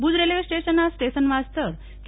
Bhuj railway સ્ટેશનનાં station master કે